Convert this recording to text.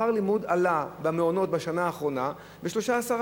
שכר הלימוד עלה במעונות בשנה האחרונה ב-13%.